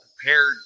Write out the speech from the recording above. prepared